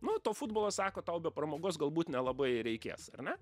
nu to futbolo sako tau be pramogos galbūt nelabai ir reikės ar ne